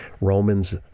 Romans